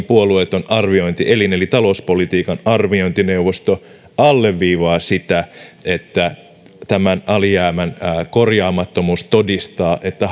puolueeton arviointielin eli talouspolitiikan arviointineuvosto todellakin alleviivaa sitä että tämän alijäämän korjaamattomuus todistaa että